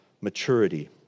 maturity